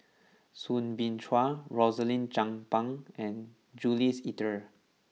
Soo Bin Chua Rosaline Chan Pang and Jules Itier